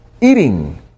Eating